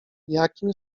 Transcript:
jakim